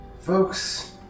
Folks